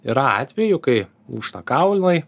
yra atvejų kai lūžta kaulai